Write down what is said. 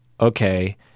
okay